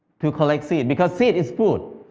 to collect seed, because seed is food,